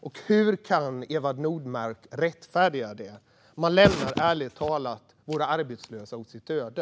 Hur kan Eva Nordmark rättfärdiga detta? Man lämnar ärligt talat våra arbetslösa åt sitt öde.